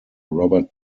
robert